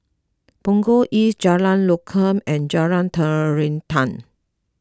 Punggol East Jalan Lokam and Jalan Terentang